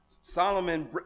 Solomon